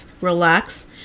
relax